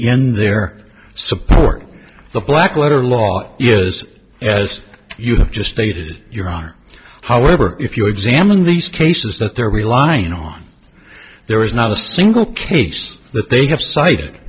in their support the black letter law yes as you have just stated your honor however if you examine these cases that they're relying on there is not a single case that they have cite